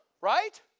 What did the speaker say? Right